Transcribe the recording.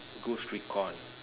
ghost recon